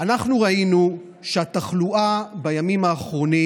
אנחנו ראינו שהתחלואה בימים האחרונים